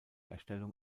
erstellung